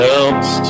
Helps